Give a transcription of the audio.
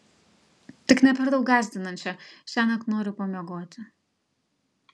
tik ne per daug gąsdinančią šiąnakt noriu pamiegoti